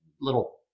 little